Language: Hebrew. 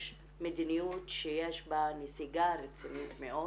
יש מדיניות שיש בה נסיגה רצינית מאוד.